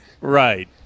Right